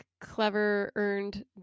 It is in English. clever-earned